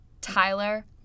Tyler